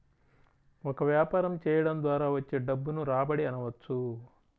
ఒక వ్యాపారం చేయడం ద్వారా వచ్చే డబ్బును రాబడి అనవచ్చు